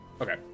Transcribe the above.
Okay